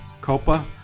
COPA